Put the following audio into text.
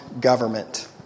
government